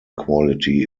quality